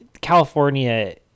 california